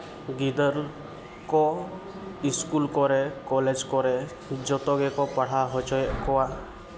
ᱜᱤᱫᱽᱨᱟᱹ ᱠᱚ ᱥᱠᱩᱞ ᱠᱚᱨᱮ ᱠᱚᱞᱮᱡᱽ ᱠᱚᱨᱮ ᱡᱚᱛᱚ ᱜᱮᱠᱚ ᱯᱟᱲᱦᱟᱣ ᱦᱚᱪᱚᱭᱮᱫ ᱠᱚᱣᱟ